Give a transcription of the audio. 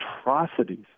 atrocities